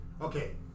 Okay